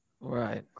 Right